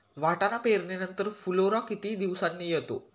वाटाणा पेरणी नंतर फुलोरा किती दिवसांनी येतो?